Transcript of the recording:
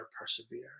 persevere